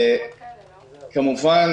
כמובן